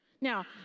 Now